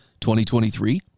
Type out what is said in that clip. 2023